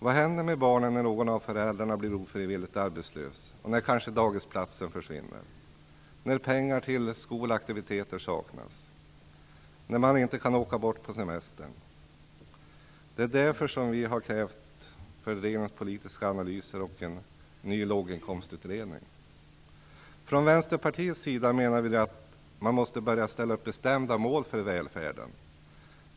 Vad händer med barnen när någon av föräldrarna blir ofrivilligt arbetslös, när dagisplatsen kanske försvinner, när pengar till skolaktiviteter saknas och när man inte kan åka bort på semester? Det är därför som vi har krävt fördelningspolitiska analyser och en ny låginkomstutredning. Från Vänsterpartiets sida menar vi att man måste börja ställa upp bestämda mål för välfärden.